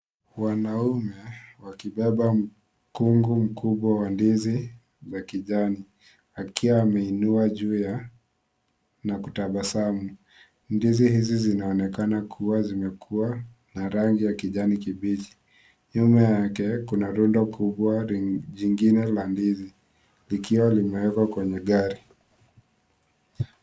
Wanaume wakibeba mkungu mkubwa wa ndizi ya kijani akiwa ameinua juu ya na kutabasamu ndizi hizi zinaonekana kuwa zimekuwa na rangi ya kijani kibichi nyuma yake kuna rundo kubwa jingine ya ndizi likiwa limewekwa kwenye gari.